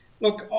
Look